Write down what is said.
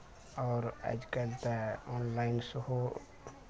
आओर आइकाल्हि तऽ ऑनलाइन सेहो